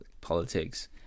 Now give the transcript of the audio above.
politics